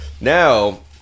Now